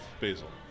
basil